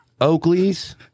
Oakley's